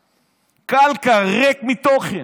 קלקר, ריק מתוכן.